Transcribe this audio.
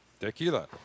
Tequila